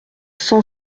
cent